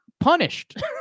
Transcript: punished